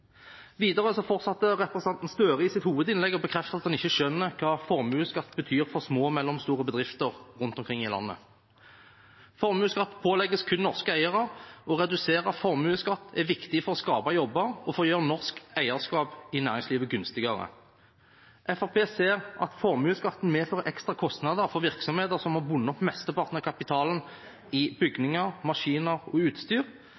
Videre fortsatte representanten Gahr Støre i sitt hovedinnlegg å bekrefte at han ikke skjønner hva formuesskatt betyr for små og mellomstore bedrifter rundt omkring i landet. Formuesskatt pålegges kun norske eiere. Å redusere formuesskatten er viktig for å skape jobber og gjøre norsk eierskap i næringslivet gunstigere. Fremskrittspartiet ser at formuesskatten medfører ekstra kostnader for virksomheter som har bundet opp mesteparten av kapitalen i bygninger, maskiner og utstyr